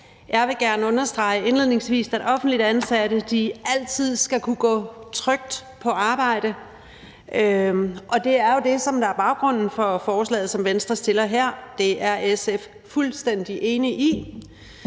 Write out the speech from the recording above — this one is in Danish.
Jeg vil gerne understrege indledningsvis, at offentligt ansatte altid skal kunne gå trygt på arbejde, og det er jo det, som er baggrunden for forslaget, som Venstre fremsætter her, og det er SF fuldstændig enig i.